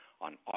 on